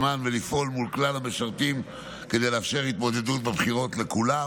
ולפעול מול כלל המשרתים כדי לאפשר התמודדות בבחירות לכולם.